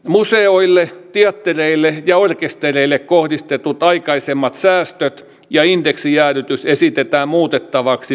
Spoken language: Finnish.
museoille teattereille ja orkestereille kohdistetut aikaisemmat säästöt ja indeksijäädytys esitetään muutettavaksi pysyviksi